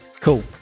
Cool